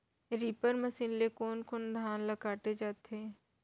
Reaper machine ले कोन कोन धान ल काटे जाथे?